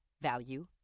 value